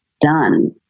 done